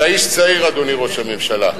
אתה איש צעיר, אדוני, ראש הממשלה.